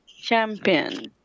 champion